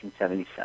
1977